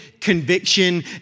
conviction